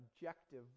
objective